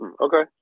Okay